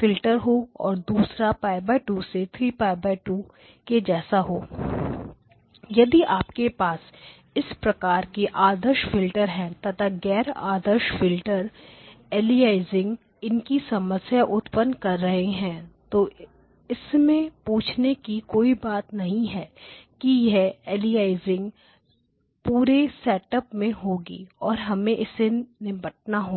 filter हो और दूसरा π2 से 3π2 के जैसा हो यदि आपके पास इस प्रकार के आदर्श फिल्टर है तथा गैर आदर्श फिल्टर अलियासिंग इनकी समस्या उत्पन्न कर रहे हैं तो इसमें पूछने की कोई बात ही नहीं है कि यह अलियासिंग पूरे सेटअप में होगी और हमें इससे निपटना होगा